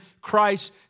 Christ